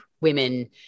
women